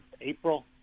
April